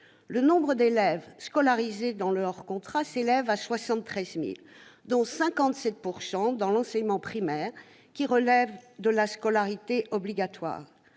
Le nombre d'élèves scolarisés dans le secteur privé hors contrat s'élève à 73 000, dont 57 % dans l'enseignement primaire relevant de la scolarité obligatoire.